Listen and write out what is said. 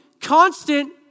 constant